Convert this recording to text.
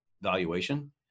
valuation